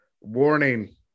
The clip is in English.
Warning